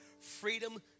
freedom